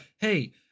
hey